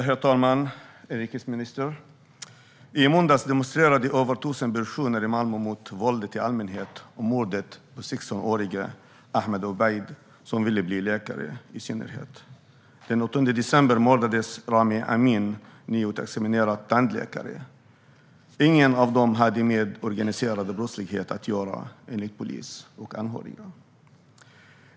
Herr talman! Inrikesministern! I måndags demonstrerade över 1 000 personer i Malmö mot våldet i allmänhet och mordet på 16-årige Ahmed Obaid, som ville bli läkare, i synnerhet. Den 8 december mördades Rami Amin, nyutexaminerad tandläkare. Ingen av dem hade med organiserad brottslighet att göra, enligt polis och anhöriga.